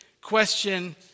question